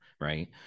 right